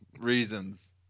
Reasons